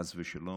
חס ושלום.